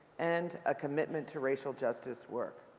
and a commitment to racial justice work.